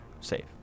save